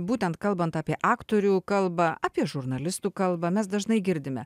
būtent kalbant apie aktorių kalbą apie žurnalistų kalbą mes dažnai girdime